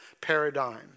paradigm